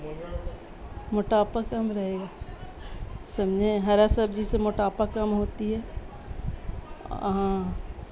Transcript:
موٹاپا کم رہے گا سمجھے ہرا سبزی سے موٹاپا کم ہوتی ہے ہاں